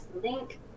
link